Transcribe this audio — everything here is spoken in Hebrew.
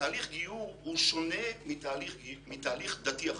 תהליך גיור הוא שונה מתהליך דתי אחר.